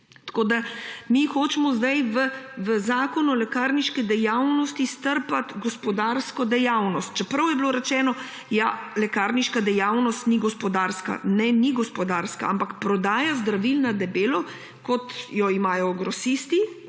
Mi hočemo zdaj v Zakon o lekarniški dejavnosti strpati gospodarsko dejavnost, čeprav je bilo rečeno, da lekarniška dejavnost ni gospodarska. Ne, ni gospodarska, ampak prodaja zdravil na debelo, kot jo imajo grosisti,